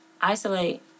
isolate